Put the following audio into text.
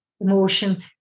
emotion